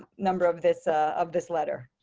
number of this of this letter.